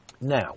Now